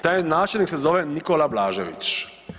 Taj načelnik se zove Nikola Blažević.